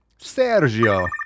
Sergio